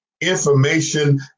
information